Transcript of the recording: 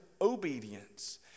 obedience